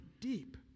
deep